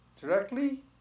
Directly